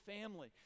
family